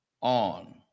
on